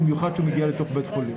במיוחד כשהוא מגיע לתוך בית חולים.